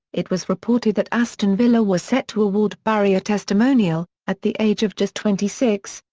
it was reported that aston villa were set to award barry a testimonial, at the age of just twenty six,